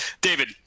David